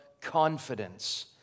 confidence